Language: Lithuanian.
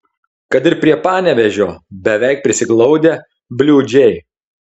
kad ir prie panevėžio beveik prisiglaudę bliūdžiai